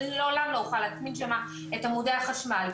אני לעולם לא אוכל להטמין שם את עמודי החשמל.